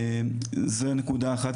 זו נקודה אחת.